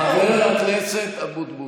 חבר הכנסת אבוטבול,